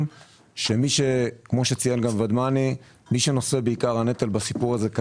שמי שנושא בעיקר הנטל בסיפור הזה,